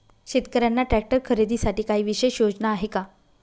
शेतकऱ्यांना ट्रॅक्टर खरीदीसाठी काही विशेष योजना आहे का?